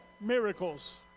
miracles